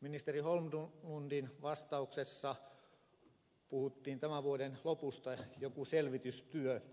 ministeri holmlundin vastauksessa puhuttiin jostakin selvitystyöstä tämän vuoden lopussa